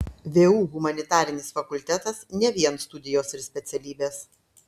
vu humanitarinis fakultetas ne vien studijos ir specialybės